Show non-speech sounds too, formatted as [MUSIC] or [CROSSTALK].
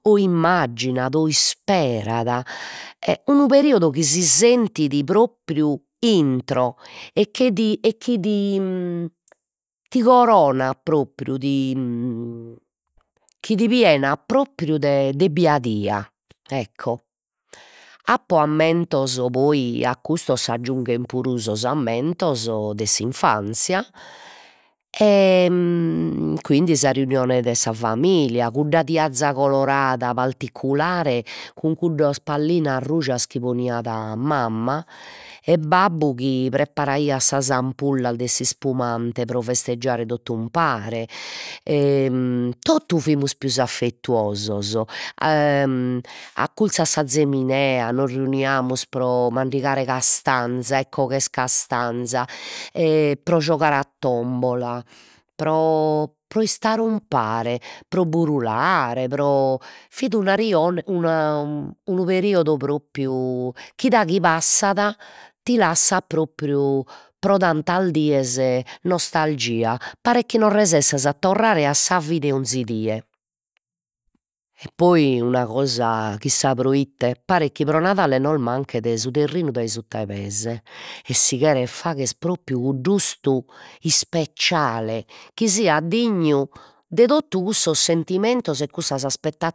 O immagginat o isperat e unu periodu chi si sentit propriu intro e che ti e chi ti [HESITATION] ti coronat propriu ti [HESITATION] chi ti pienat propriu de de biadia ecco, apo ammentos, poi a custos s'aggiunghen puru sos ammentos de s'infanzia, e [HESITATION] quindi sa reunione de sa familia, cudda tiaza colorada particulare cun cuddas pallinas rujas chi poniat mamma e babbu chi preparaiat sas ampullas de s'ispumante pro festeggiare tot'umpare e [HESITATION] totu fimus pius affettuosos, e [HESITATION] acculzu a sa ziminea, nos reuniamus pro mandigare castanza e cogher castanza e pro giogare a tombola, pro pro [UNINTELLIGIBLE] pro burulare pro fit una [UNINTELLIGIBLE] una [HESITATION] unu periodu propriu chi daghi passat ti lassat propriu pro tantas dies nostalgia, paret chi non resessas a torrare a sa vida 'e 'onzi die e poi una cosa chissà proite paret chi pro Nadale nos manchet su terrinu dai sutta 'e pês e si cheret fagher propriu cudd''ustu ispeciale, chi siat dignu de totu cussos sentimentos e cussas aspetta